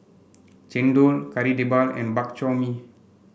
chendol Kari Debal and Bak Chor Mee